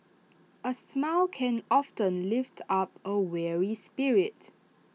A smile can often lift up A weary spirit